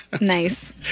nice